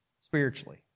spiritually